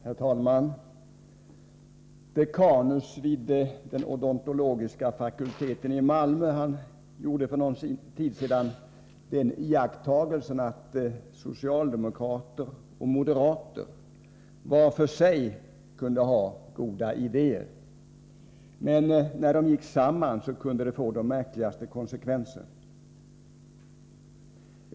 Herr talman! Dekanus vid den odontologiska fakulteten i Malmö gjorde för en tid sedan den iakttagelsen att socialdemokrater och moderater var för sig kunde ha goda idéer. Men när de gick samman kunde det få de märkligaste konsekvenser.